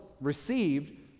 received